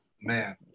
man